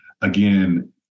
again